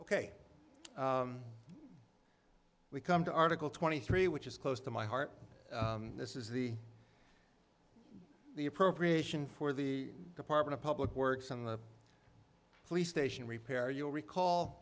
ok we come to article twenty three which is close to my heart this is the the appropriation for the department of public works on the police station repair you'll recall